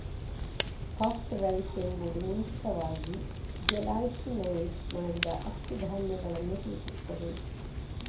puffed rice ಎಂಬುದು ಮುಂಚಿತವಾಗಿ gelatinised ಮಾಡಿದ ಅಕ್ಕಿ ಧಾನ್ಯಗಳನ್ನು ಸೂಚಿಸುತ್ತದೆ